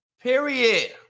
Period